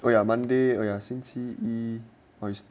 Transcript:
well ya monday or you are sincere he or his